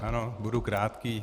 Ano, budu krátký.